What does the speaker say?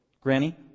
Granny